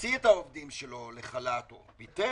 שהוציא את העובדים שלו לחל"ת או פיטר,